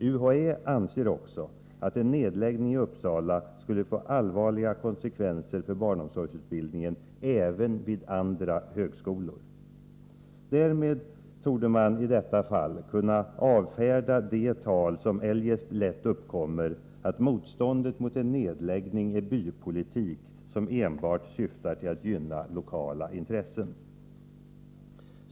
UHÄ anser också att en nedläggning i Uppsala skulle få allvarliga konsekvenser för barnomsorgsutbildningen även vid andra högskolor. Därmed torde man i detta fall kunna avfärda det tal som eljest lätt uppkommer att motståndet mot en nedläggning är bypolitik som enbart syftar till att gynna lokala intressen.